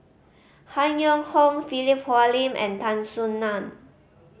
Han Yong Hong Philip Hoalim and Tan Soo Nan